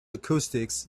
acoustics